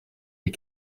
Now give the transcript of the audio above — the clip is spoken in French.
les